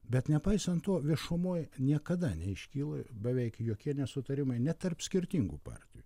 bet nepaisant to viešumoj niekada neiškyla beveik jokie nesutarimai net tarp skirtingų partijų